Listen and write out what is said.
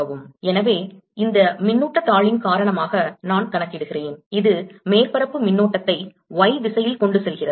எனவே இந்த மின்னூட்டத்தாளின் காரணமாக நான் கணக்கிடுகிறேன் இது மேற்பரப்பு மின்னோட்டத்தை Y திசையில் கொண்டு செல்கிறது